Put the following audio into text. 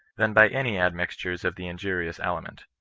than by any a nixtures of the injurious ele ment.